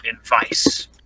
advice